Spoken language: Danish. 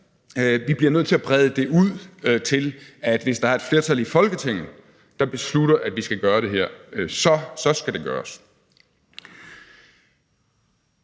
Vi bliver nødt til at brede det ud til, at hvis der er et flertal i Folketinget, der beslutter, at vi skal gøre det her, så skal det gøres.